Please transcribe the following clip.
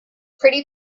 pretty